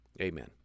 Amen